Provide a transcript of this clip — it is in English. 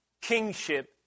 kingship